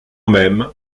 même